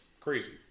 crazy